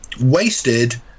wasted